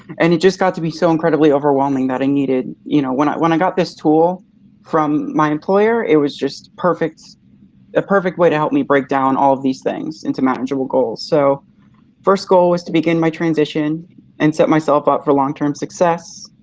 and it just got to be so incredibly overwhelming that i needed you know, when i when i got this tool from my employer, it was just a ah perfect way to help me break down all of these things into manageable goals. so first goal was to begin my transition and set myself up for long-term success.